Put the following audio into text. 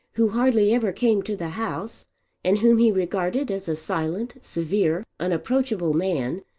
who hardly ever came to the house and whom he regarded as a silent, severe, unapproachable man,